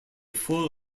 full